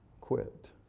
quit